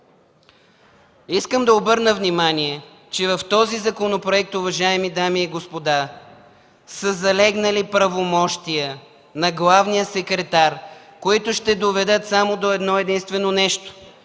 Искам да обърна внимание, че в този законопроект, уважаеми дами и господа, са залегнали правомощия на главния секретар, които ще доведат само до едно единствено нещо –